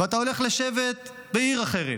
ואתה הולך לשבט בעיר אחרת,